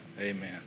Amen